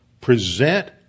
present